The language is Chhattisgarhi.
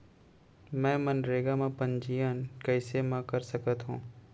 मैं मनरेगा म पंजीयन कैसे म कर सकत हो?